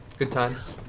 good times.